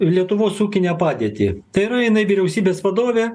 lietuvos ūkinę padėtį tai yra jinai vyriausybės vadovė